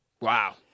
Wow